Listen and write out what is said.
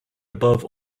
above